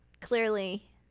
clearly